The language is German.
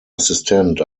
assistent